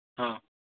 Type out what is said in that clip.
ହଁ